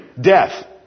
death